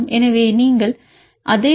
எனவே இங்கே நீங்கள் அதே பி